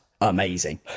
amazing